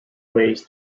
ways